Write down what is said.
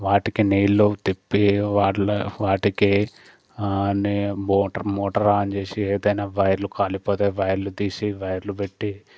వాటికి నీళ్ళు తిప్పి వాటిలా వాటికి నీ మోటర్ మోటర్ ఆన్ చేసి ఏదైనా వైర్లు కాలిపోతే వైర్లు తీసి వైర్లు పెట్టి